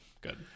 good